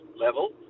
level